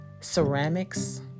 ceramics